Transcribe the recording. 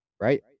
right